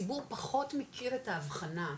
הציבור פחות מכיר את האבחנה,